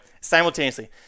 simultaneously